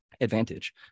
advantage